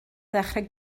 ddechrau